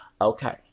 okay